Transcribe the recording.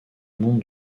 monde